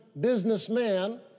businessman